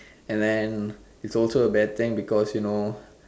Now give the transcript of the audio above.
and then is also a bad thing because you know